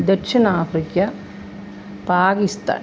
Dakshina Africa Pakistan